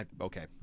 Okay